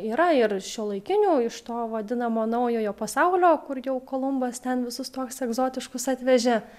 yra ir šiuolaikinių iš to vadinamo naujojo pasaulio kur jau kolumbas ten visus tokius egzotiškus atvežė